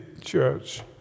church